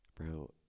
bro